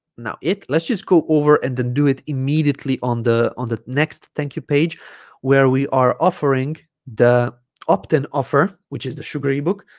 now it let's just go over and then do it immediately on the on the next thank you page where we are offering the opt-in offer which is the sugar ebook